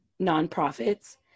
nonprofits